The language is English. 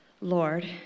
Lord